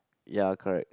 ya correct